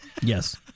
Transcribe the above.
yes